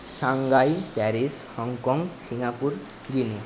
Shanghai Paris Hong Kong Singapore Guinea